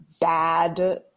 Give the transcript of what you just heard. bad